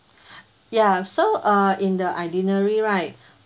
ya so err in the itinerary right